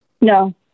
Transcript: No